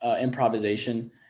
improvisation